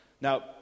Now